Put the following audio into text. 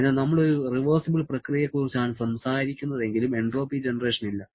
അതിനാൽ നമ്മൾ ഒരു റിവേർസിബിൾ പ്രക്രിയയെക്കുറിച്ചാണ് സംസാരിക്കുന്നതെങ്കിലും എൻട്രോപ്പി ജനറേഷൻ ഇല്ല